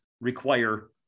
require